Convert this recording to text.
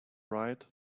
right